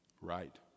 right